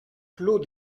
clos